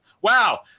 Wow